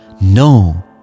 No